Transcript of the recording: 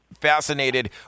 fascinated